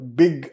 big